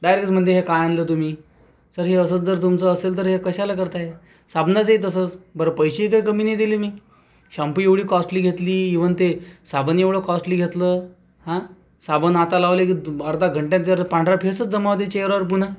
डायरेक्टच म्हणते हे काय आणलं तुम्ही सर हे असंच जर तुमचं असेल तर हे कशाला करताय साबणाचंही तसंच बरं पैसेही काय कमी नाही दिले मी शॅम्पू एवढी कॉस्टली घेतली ईवन ते साबणही एवढं कॉस्टली घेतलं हा साबण हाताला लावायला घेतलं अर्ध्या घंट्यात जर पांढरा फेसच जमा होतं चेहऱ्यावर पुन्हा